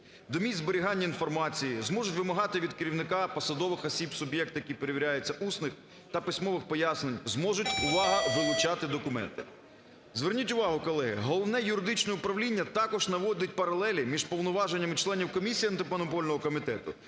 до місць зберігання інформації, зможуть вимагати від керівника посадових осіб суб'єкт, який перевіряється, усних та письмових пояснень, зможуть, увага, вилучати документи. Зверніть увагу, колеги, Головне юридичне управління також наводить паралелі між повноваженнями членів комісії Антимонопольного комітету